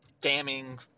damning